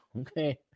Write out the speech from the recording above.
okay